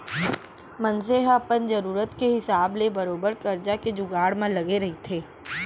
मनसे ह अपन जरुरत के हिसाब ले बरोबर करजा के जुगाड़ म लगे रहिथे